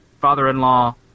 father-in-law